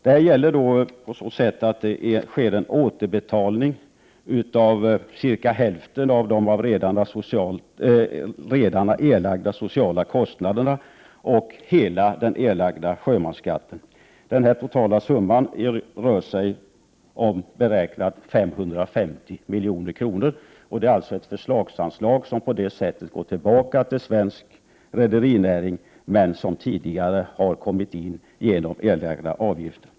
Det sker en återbetalning av cirka hälften av de av redarna erlagda sociala kostnaderna och hela den erlagda sjömansskatten. Man har gjort beräkningar på att det rör sig om totalt 550 milj.kr. Det är således ett förslagsanslag som på det sättet går tillbaka till svensk rederinäring, men som tidigare har kommit in genom erlagda avgifter.